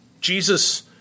Jesus